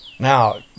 Now